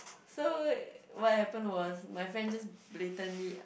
so what happen was my friend just blatantly